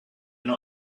not